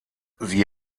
sie